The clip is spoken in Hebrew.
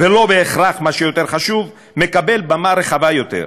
ולא בהכרח מה שיותר חשוב, מקבל במה רחבה יותר.